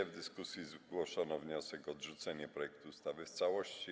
W dyskusji zgłoszono wniosek o odrzucenie projektu ustawy w całości.